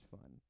fun